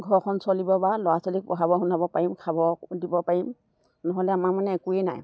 ঘৰখন চলিব বা ল'ৰা ছোৱালীক পঢ়াব শুনাব পাৰিম খাব দিব পাৰিম নহ'লে আমাৰ মানে একোৱেই নাই